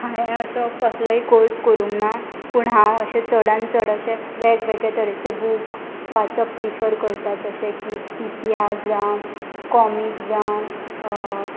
हांवें असो कसलोय कोर्स करूंक ना पूण हांव अशें चडान चड अशें वेगवेगळे तरेचे बूक वाचप प्रिफर करता जशे की इतिहास जावं कॉमीक जावं